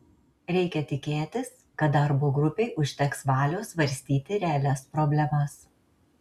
reikia tikėtis kad darbo grupei užteks valios svarstyti realias problemas